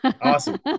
Awesome